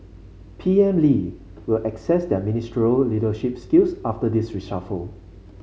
P M Lee will assess their ministerial leadership skills after this reshuffle